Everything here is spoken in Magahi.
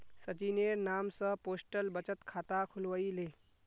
सचिनेर नाम स पोस्टल बचत खाता खुलवइ ले